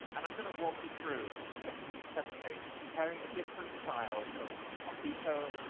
and i'm going to walk you through ah this test case comparing the different styles of markito,